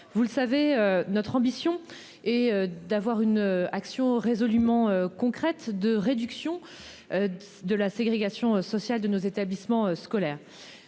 Vous le savez, notre ambition est d'avoir une action résolument concrètes de réduction. De la ségrégation sociale de nos établissements scolaires.